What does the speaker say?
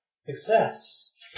Success